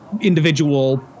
individual